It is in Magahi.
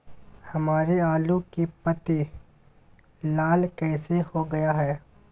हमारे आलू की पत्ती लाल कैसे हो गया है?